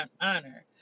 honor